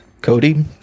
Cody